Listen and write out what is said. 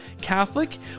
Catholic